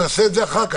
נעשה את זה אחר כך.